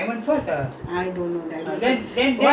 M_G_R or sivaji I don't know which